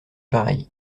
pareils